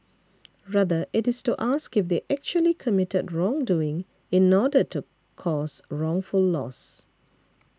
rather it is to ask if they actually committed wrongdoing in order to cause wrongful loss